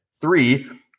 three